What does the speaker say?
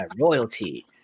royalty